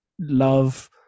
love